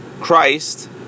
Christ